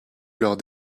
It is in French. l’heure